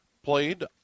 played